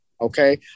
okay